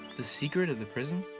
the secret of the prism?